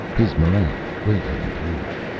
his morale greatly improved.